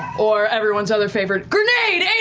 or everyone's other favorite, grenade,